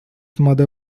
mother